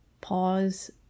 pause